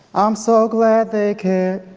i'm so glad they cared,